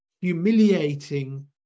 humiliating